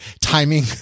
timing